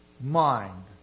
mind